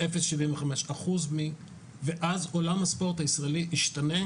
0.75% - ואז עולם הספורט הישראלי ישתנה,